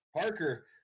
Parker